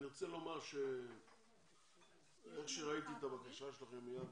אני רוצה לומר שאיך שראיתי את הבקשה שלכם מיד